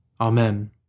Amen